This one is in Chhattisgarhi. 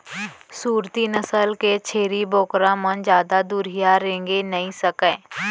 सूरती नसल के छेरी बोकरा मन जादा दुरिहा रेंगे नइ सकय